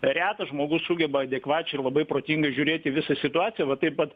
retas žmogus sugeba adekvačiai ir labai protingai žiūrėti į visą situaciją va taip pat